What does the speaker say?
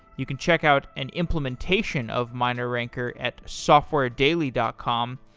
you can check out and implementation of mineranker at softwaredaily dot com.